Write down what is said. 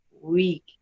week